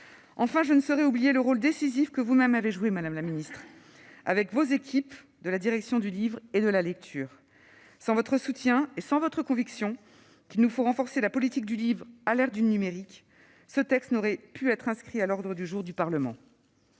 Enfin, je ne saurais oublier le rôle décisif que vous-même avez joué, madame la ministre, avec vos équipes de la direction du livre et de la lecture. Sans votre soutien et sans votre conviction qu'il nous faut renforcer la politique du livre à l'ère du numérique, ce texte n'aurait pu être inscrit à l'ordre du jour du Parlement.